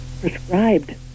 prescribed